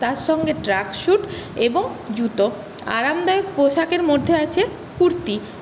তার সঙ্গে track suit এবং জুতো আরামদায়ক পোশাকের মধ্যে আছে কুর্তি